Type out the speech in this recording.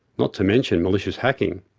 not to mention malicious hacking.